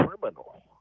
criminal